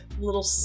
little